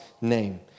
name